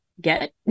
get